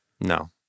No